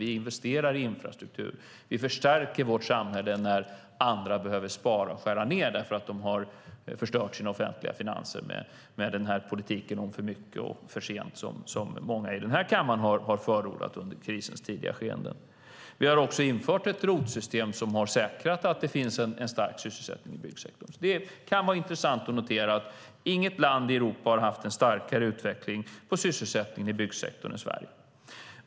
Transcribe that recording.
Vi investerar i infrastruktur, och vi förstärker vårt samhälle när andra behöver spara och skära ned därför att de har förstört sina offentliga finanser med den politik med för mycket och för sent som många i den här kammaren förordade under krisens tidiga skeenden. Vi har också infört ett ROT-system som har säkrat att det finns stark sysselsättning i byggsektorn. Det kan vara intressant att notera att inget land i Europa har haft starkare utveckling av sysselsättningen i byggsektorn än Sverige.